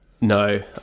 No